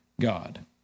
God